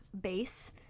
base